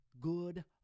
good